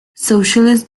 socialist